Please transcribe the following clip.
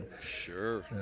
Sure